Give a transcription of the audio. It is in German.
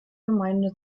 gemeinde